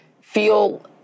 feel